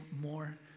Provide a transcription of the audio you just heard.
more